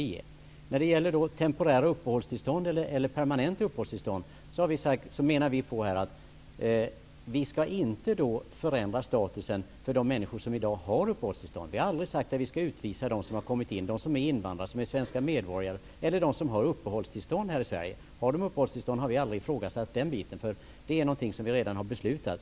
Då har vi frågan om temporära eller permanenta uppehållstillstånd. Vi menar på att statusen för de människor som redan har uppehållstillstånd inte skall förändras. Vi har aldrig sagt att de som är svenska medborgare eller har uppehållstillstånd i Sverige skall utvisas. Vi har aldrig ifrågasatt uppehållstillstånden. Det är något som redan är beslutat.